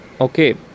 okay